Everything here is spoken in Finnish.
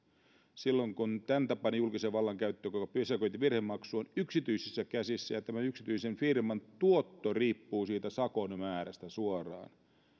silloin kun tämäntapainen julkisen vallan käyttö kuten pysäköintivirhemaksu on yksityisissä käsissä ja tämän yksityisen firman tuotto riippuu siitä sakon määrästä suoraan